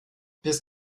bis